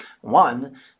one